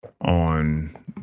on